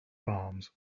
palms